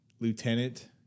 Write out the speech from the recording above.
lieutenant